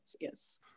yes